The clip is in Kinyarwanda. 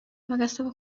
bagasaba